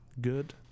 good